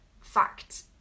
fact